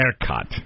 haircut